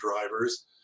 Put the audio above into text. drivers